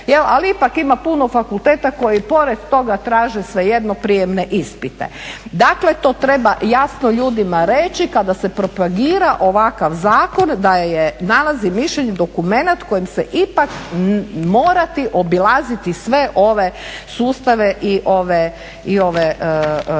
Ali ipak ima puno fakulteta koji pored toga traže svejedno prijemne ispite. Dakle, to treba jasno ljudima reći kada se propagira ovakav zakon da je nalaz i mišljenje dokumenat kojim se ipak morati obilaziti sve ove sustave i ove ustanove.